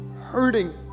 hurting